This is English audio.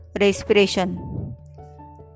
respiration